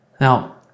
Now